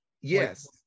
yes